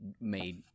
made